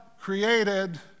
created